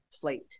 plate